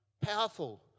Powerful